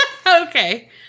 okay